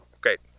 Great